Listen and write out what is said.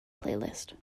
playlist